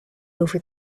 over